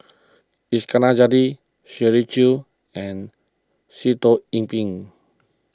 Iskandar Jalil Shirley Chew and Sitoh Yih Pin